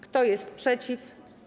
Kto jest przeciw?